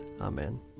Amen